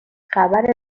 خبر